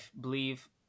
believe